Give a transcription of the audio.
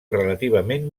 relativament